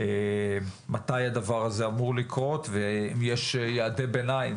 מתי זה אמור לקרות ואם יש יעדי ביניים